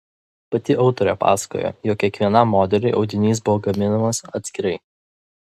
pati autorė pasakojo jog kiekvienam modeliui audinys buvo gaminamas atskirai